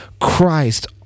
Christ